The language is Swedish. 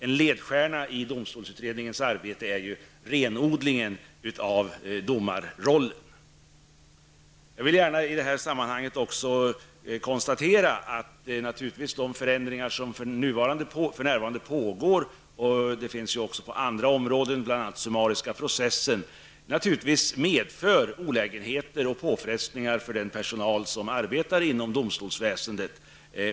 En ledstjärna i domstolsutredningens arbete har varit renodlingen av domarrollen. Jag vill i detta sammanhang också gärna konstatera att de förändringar som för närvarande pågår -- och det gäller också andra områden, bl.a. summariska processer -- naturligtvis medför olägenheter och påfrestningar för personalen inom domstolsväsendet.